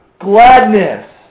gladness